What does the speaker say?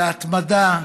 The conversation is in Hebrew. להתמדה,